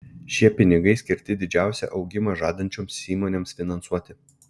šie pinigai skirti didžiausią augimą žadančioms įmonėms finansuoti